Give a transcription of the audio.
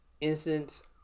instance